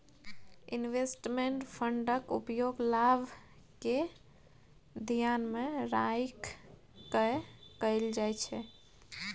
investment फंडक उपयोग लाभ केँ धियान मे राइख कय कअल जाइ छै